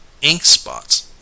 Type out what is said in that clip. ink-spots